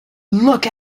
look